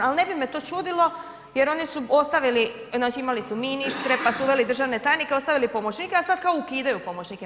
Ali ne bi me to čudilo jer oni su ostavili, znači imali su ministre, pa su uveli državne tajnike ostavili pomoćnike, a sad kao ukidaju pomoćnike.